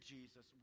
Jesus